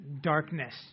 darkness